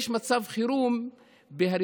יש מצב חירום בעוני.